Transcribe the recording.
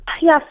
Yes